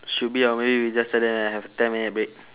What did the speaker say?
should be ah maybe we just tell them have a ten minute break